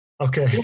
Okay